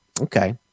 Okay